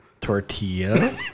tortilla